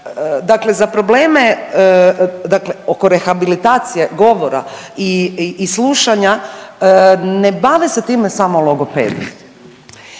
dakle za probleme, dakle oko rehabilitacije govora i slušanja ne bave se time samo logopedi.